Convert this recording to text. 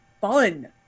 fun